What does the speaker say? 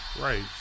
Right